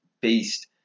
beast